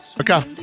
Okay